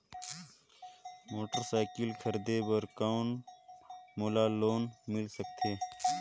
Motorcycle खरीदे बर कौन मोला लोन मिल सकथे?